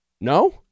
No